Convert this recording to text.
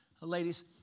ladies